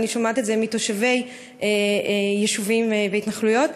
ואני שומעת את זה מתושבי יישובים והתנחלויות,